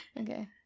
Okay